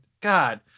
God